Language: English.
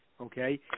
Okay